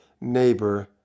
neighbor